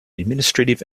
administrative